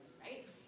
right